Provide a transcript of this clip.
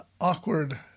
awkward